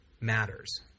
matters